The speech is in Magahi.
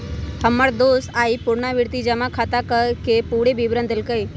हमर दोस आइ पुरनावृति जमा खताके पूरे विवरण देलक